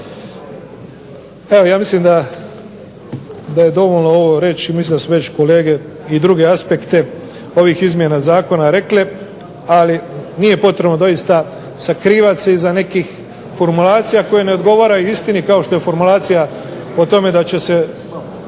Ja mislim da je dovoljno ovo reći i mislim da su već kolege druge aspekte ovih izmjena Zakona rekle, ali nije potrebno doista sakrivati se iza nekih formacija koje ne odgovaraju istiniti kao što je formacija o tome da će se